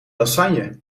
lasagne